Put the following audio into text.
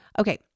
Okay